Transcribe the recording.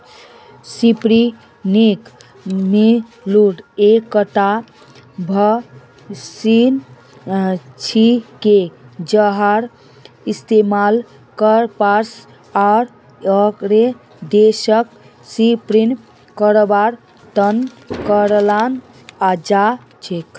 spinning mule एकटा machine छिके जहार इस्तमाल कपास आर अन्य रेशक स्पिन करवार त न कराल जा छेक